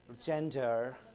gender